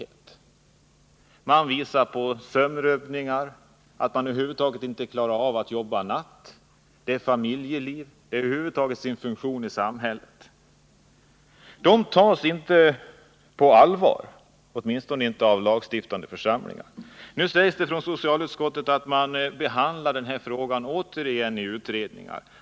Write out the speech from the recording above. Det talas om att människor får sömnrubbningar, att de över huvud taget inte klarar av att jobba nattskift, att det uppstår problem i familjelivet, att man har svårt att fylla sin funktion i samhället. Men de resultat som redovisats tas inte på allvar, åtminstone inte av lagstiftande församlingar. 69 Nu säger socialutskottet återigen att den här frågan behandlas i en utredning.